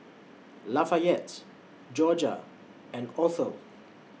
Lafayette Jorja and Othel